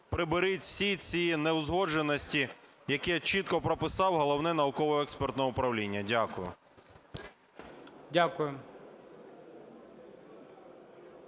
приберіть всі ці неузгодженості, які чітко прописало Головне науково-експертне управління. Дякую.